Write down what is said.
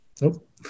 Nope